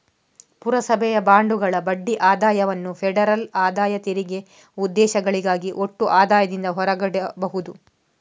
ಪುರಸಭೆಯ ಬಾಂಡುಗಳ ಬಡ್ಡಿ ಆದಾಯವನ್ನು ಫೆಡರಲ್ ಆದಾಯ ತೆರಿಗೆ ಉದ್ದೇಶಗಳಿಗಾಗಿ ಒಟ್ಟು ಆದಾಯದಿಂದ ಹೊರಗಿಡಬಹುದು